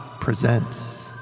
presents